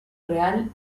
real